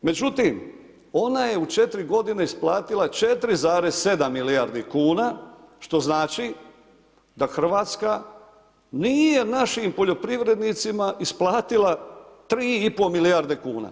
Međutim ona je u 4 godine isplatila 4,7 milijardi kuna što znači da Hrvatska nije našim poljoprivrednicima isplatila 3,5 milijarde kuna.